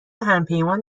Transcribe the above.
همپیمان